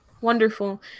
wonderful